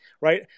right